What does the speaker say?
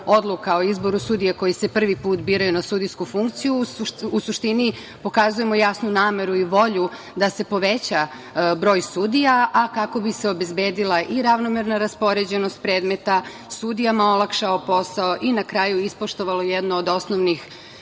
odluka o izboru sudija koji se prvi put biraju na sudijsku funkciju u suštini pokazujemo jasnu nameru i volju da se poveća broj sudija, a kako bi se obezbedila i ravnomerna raspoređenost predmeta, sudijama olakšao posao i na kraju ispoštovalo jedno od osnovnih